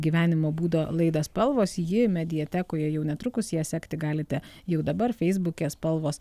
gyvenimo būdo laidą spalvos ji mediatekoje jau netrukus ją sekti galite jau dabar feisbuke spalvos